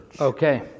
Okay